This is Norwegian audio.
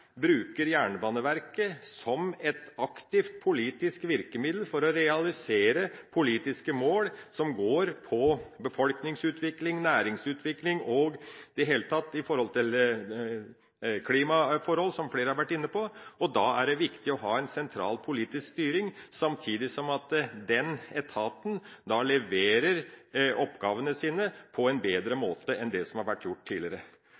bruker Jernbaneverket som et aktivt politisk virkemiddel for å realisere politiske mål, som gjelder befolkningsutvikling, næringsutvikling og i det hele tatt klimaforhold, som flere har vært inne på. Da er det viktig å ha en sentral politisk styring, samtidig som etaten leverer oppgavene sine på en bedre måte enn det den har gjort tidligere.